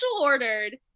ordered